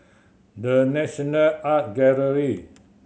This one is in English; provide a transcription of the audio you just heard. The National Art Gallery